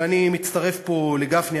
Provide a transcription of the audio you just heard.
ואני מצטרף פה לגפני,